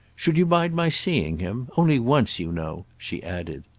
should you mind my seeing him? only once, you know, she added.